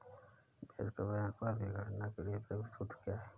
ब्याज कवरेज अनुपात की गणना के लिए प्रयुक्त सूत्र क्या है?